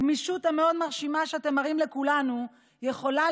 הגמישות המאוד-מרשימה שאתם מראים לכולנו יכולה